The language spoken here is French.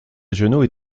régionaux